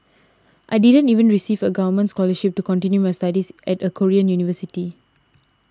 I didn't even receive a government scholarship to continue my studies at a Korean university